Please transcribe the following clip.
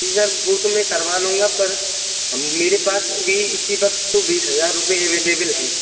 जी sir वो तो मैं करवा लूँगा पर मेरे पास भी इसी वक्त बीस हजार रुपए एवैलेबल हैं